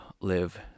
live